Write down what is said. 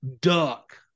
Duck